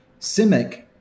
Simic